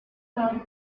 crowd